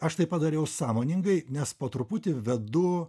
aš tai padariau sąmoningai nes po truputį vedu